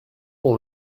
dont